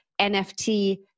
NFT